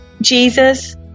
Jesus